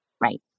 Right